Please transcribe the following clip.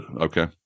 Okay